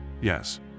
yes